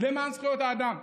למען זכויות האדם.